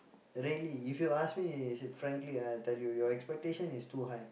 really if you ask me frankly I will tell you your expectation is too high